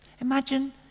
Imagine